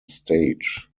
stage